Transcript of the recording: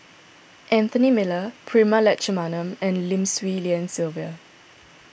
Anthony Miller Prema Letchumanan and Lim Swee Lian Sylvia